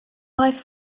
life